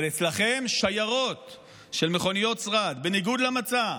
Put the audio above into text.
אבל אצלכם, שיירות של מכוניות שרד, בניגוד למצע,